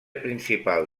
principal